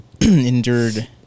endured